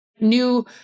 new